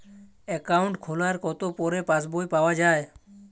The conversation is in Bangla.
অ্যাকাউন্ট খোলার কতো পরে পাস বই পাওয়া য়ায়?